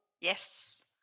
Yes